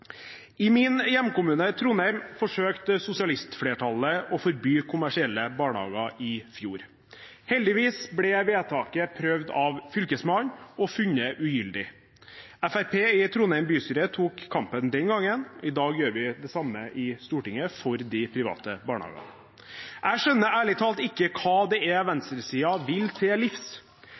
I min hjemkommune, Trondheim, forsøkte sosialistflertallet å forby kommersielle barnehager i fjor. Heldigvis ble vedtaket prøvd av Fylkesmannen og funnet ugyldig. Fremskrittspartiet i Trondheim bystyre tok kampen den gangen, i dag gjør vi det samme i Stortinget for de private barnehagene. Jeg skjønner ærlig talt ikke hva det er venstresiden vil til livs.